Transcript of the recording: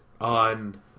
on